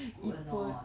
good or not